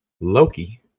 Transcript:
Loki